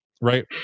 right